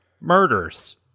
murders